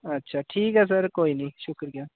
अच्छा ठीक ऐ सर कोई निं शुक्रिया